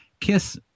Kiss